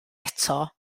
eto